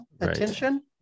attention